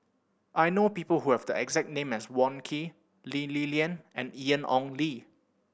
I know people who have the exact name as Wong Keen Lee Li Lian and Ian Ong Li